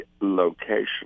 location